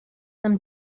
them